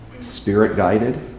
Spirit-guided